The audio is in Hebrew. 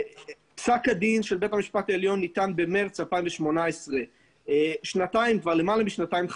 פסק הדין של בית המשפט העליון ניתן במרץ 2018. חלפו כבר למעלה משנתיים,